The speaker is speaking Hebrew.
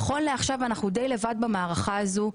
נכון לעכשיו אנחנו די לבד במערכה הזאת.